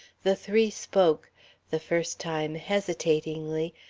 the three spoke the first time hesitatingly,